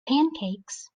pancakes